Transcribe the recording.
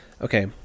Okay